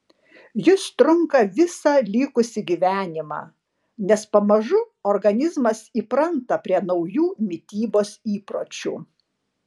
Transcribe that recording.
jis trunka visą likusį gyvenimą nes pamažu organizmas įpranta prie naujų mitybos įpročių